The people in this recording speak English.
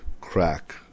crack